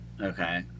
Okay